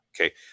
okay